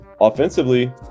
Offensively